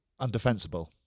undefensible